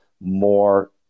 more